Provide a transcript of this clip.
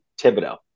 Thibodeau